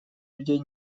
людей